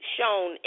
Shown